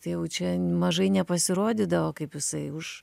tai jau čia mažai nepasirodydavo kaip jisai už